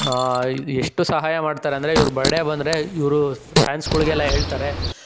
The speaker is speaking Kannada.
ಎಷ್ಟು ಸಹಾಯ ಮಾಡ್ತಾರೆಂದರೆ ಇವ್ರ ಬರ್ಡೇ ಬಂದರೆ ಇವರು ಫ್ಯಾನ್ಸ್ಗಳಿಗೆಲ್ಲ ಹೇಳ್ತಾರೆ